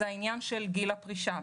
הוא עניין גיל הפרישה.